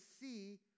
see